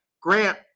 Grant